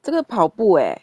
这个跑步 eh